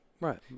Right